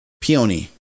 Peony